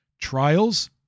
Trials